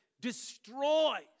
destroys